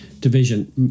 division